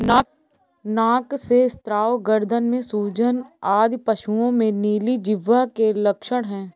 नाक से स्राव, गर्दन में सूजन आदि पशुओं में नीली जिह्वा के लक्षण हैं